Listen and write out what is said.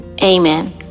Amen